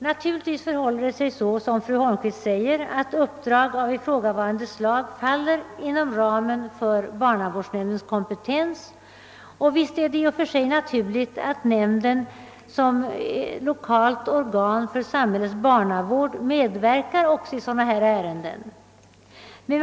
Naturligtvis förhåller det sig som fru Holmqvist säger, att uppdrag av ifrågavarande slag faller inom ramen för barnavårdsnämndens kompetensområde, och visst är det i och för sig naturligt att nämnden såsom lokalt organ för samhällets barnavård medverkar i sådana ärenden.